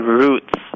roots